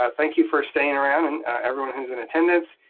ah thank you for staying around, and everyone who's in attendance.